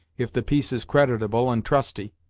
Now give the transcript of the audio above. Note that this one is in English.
if the piece is creditable and trusty!